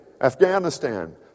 Afghanistan